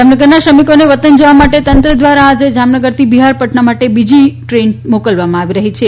જામનગરના શ્રમિકોને વતન જવા માટે તંત્ર દ્વારા આજરોજ જામનગરથી બિહાર પટના માટે બીજી ટ્રેન મોકલવામાં આવી રહી છે